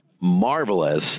marvelous